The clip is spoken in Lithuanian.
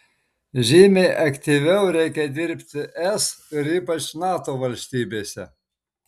žymiai aktyviau reikia dirbti es ir ypač nato valstybėse